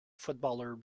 footballer